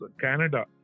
Canada